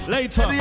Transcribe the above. Later